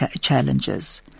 challenges